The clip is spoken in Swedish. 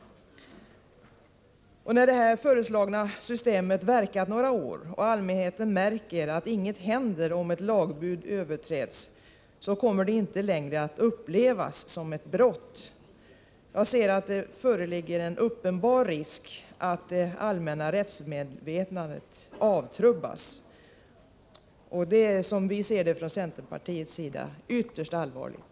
När det föreslagna systemet verkat några år och allmänheten märker att inget händer om ett lagbud överträds, kommer det inte längre att upplevas som ett brott. Det föreligger en uppenbar risk att det allmänna rättsmedvetandet avtrubbas, och det ser vi från centerpartiets sida som ytterst allvarligt.